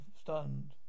stunned